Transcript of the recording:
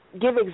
give